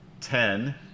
Ten